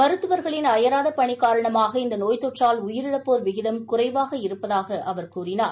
மருத்துவர்களின் அயராது பணி காரணமாக இந்த நோய் தொற்றால் உயிரிழப்போர் விகிதம் குறைவாக இருப்பதாக அவர் கூறினார்